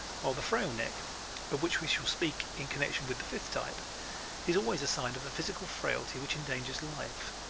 while the frail neck of which we shall speak in connection with the fifth type is always a sign of the physical frailty which endangers life.